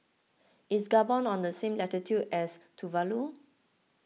is Gabon on the same latitude as Tuvalu